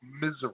Misery